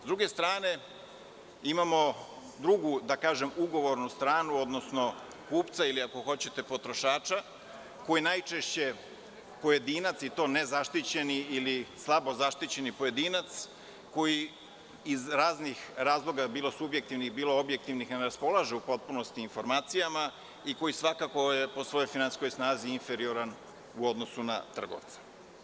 Sa druge strane, imamo drugu ugovornu stranu, odnosno kupca ili ako hoćete potrošača koji je najčešće pojedinac i to nezaštićeni ili slabo zaštićeni pojedinac koji iz raznih razloga, bilo subjektivnih ili objektivnih, ne raspolaže u potpunosti informacijama i koji je po svojoj finansijskoj snazi inferioran u odnosu na trgovca.